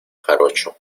jarocho